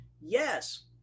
Yes